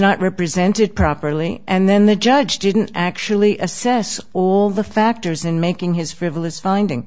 not represented properly and then the judge didn't actually assess all the factors in making his frivolous finding